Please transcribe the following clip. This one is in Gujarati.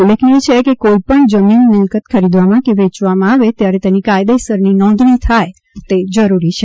ઉલ્લેખનીય છે કે કોઇપણ જમીન મિલકત ખરીદવામાં કે વેચવામાં આવે ત્યારે તેની કાયદેસરની નોંધણી થાય તે જરૂરી છે